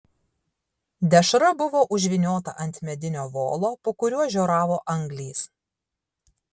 dešra buvo užvyniota ant medinio volo po kuriuo žioravo anglys